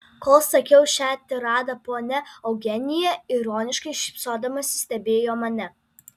kol sakiau šią tiradą ponia eugenija ironiškai šypsodamasi stebėjo mane